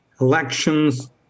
Elections